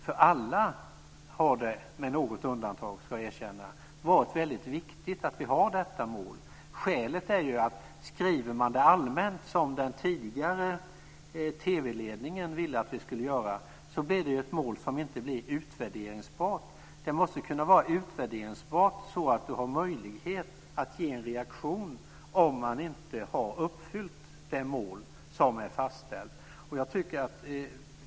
För alla har det - med något undantag, ska jag erkänna - varit väldigt viktigt att vi har detta mål. Skriver man det allmänt, som den tidigare TV ledningen ville att vi skulle göra, blir det ett mål som inte är utvärderingsbart. Det måste vara utvärderingsbart så att vi har möjlighet att ge en reaktion om man inte har uppfyllt det mål som är fastställt.